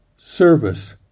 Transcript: service